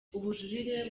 ubujurire